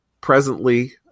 presently